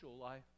life